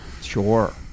Sure